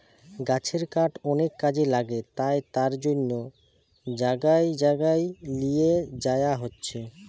গাছের কাঠ অনেক কাজে লাগে তাই তার জন্যে জাগায় জাগায় লিয়ে যায়া হচ্ছে